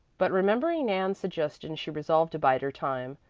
but remembering nan's suggestion she resolved to bide her time.